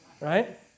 Right